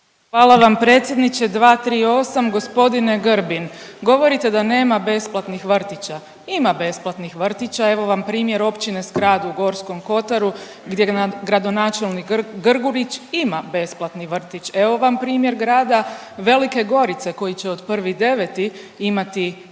Hvala vam predsjedniče. 238., g. Grbin govorite da nema besplatnih vrtića, ima besplatnih vrtića evo vam primjer Općine Skrad u Gorskom kotaru gdje gradonačelnik Grgurić ima besplatni vrtić, evo vam primjer Grada Velike Gorice koji će od 1.9. imati besplatne